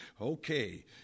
Okay